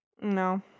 No